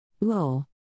Lol